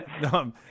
No